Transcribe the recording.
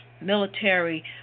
military